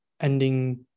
ending